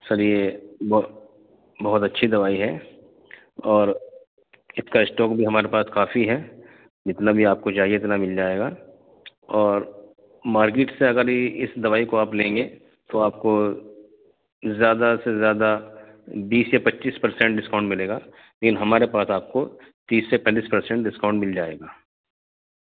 سر یہ بہت اچھی دوائی ہے اور اس کا اسٹواک بھی ہمارے پاس کافی ہے جتنا بھی آپ کو چاہیے اتنا مل جائے گا اور مارکیٹ سے اگر اس دوائی کو آپ لیں گے تو آپ کو زیادہ سے زیادہ بیس سے پچیس پرسینٹ ڈسکاؤنٹ ملے گا لیکن ہمارے پاس آپ کو تیس سے پینتیس پرسینٹ ڈسکاؤنٹ مل جائے گا